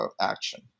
action